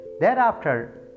Thereafter